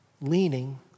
leaning